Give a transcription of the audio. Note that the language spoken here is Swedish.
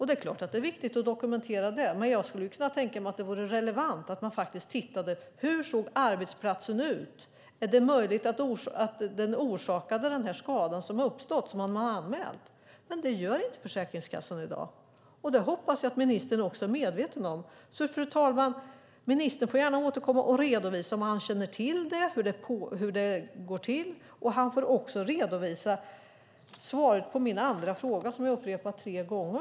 Det är viktigt att dokumentera, men jag kan tänka mig att det vore relevant att faktiskt titta på hur arbetsplatsen ser ut, om det är möjligt att den orsakat den skada som uppstått och som man anmält. Det gör Försäkringskassan inte i dag, och jag hoppas att ministern är medveten om det. Fru talman! Ministern får gärna återkomma och redovisa om han känner till hur det går till, och han får gärna även redovisa svaret på min andra fråga som jag nu upprepat tre gånger.